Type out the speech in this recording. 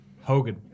Hogan